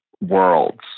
worlds